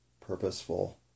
purposeful